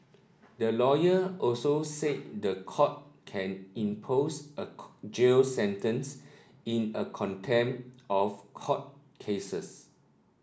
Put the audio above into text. the lawyer also said the court can impose a jail sentence in a contempt of court cases